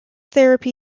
therapy